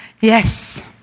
Yes